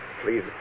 Please